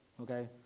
okay